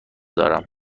دارم